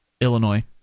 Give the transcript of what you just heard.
Illinois